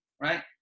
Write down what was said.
right